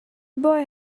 boy